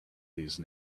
these